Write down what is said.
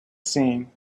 seen